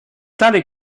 tale